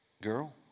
Girl